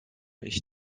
ich